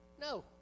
No